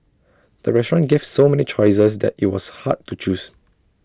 the restaurant gave so many choices that IT was hard to choose